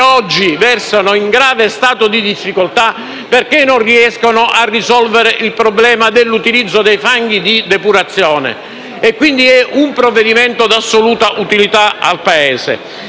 oggi versano in grave stato di difficoltà, perché non riescono a risolvere il problema dell'utilizzo dei fanghi di depurazione. Si tratta quindi di un provvedimento di assoluta utilità per il Paese.